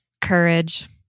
Courage